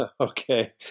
Okay